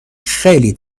خیلی